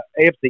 AFC